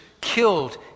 killed